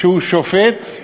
שהוא שופט,